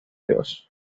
dios